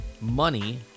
money